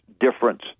difference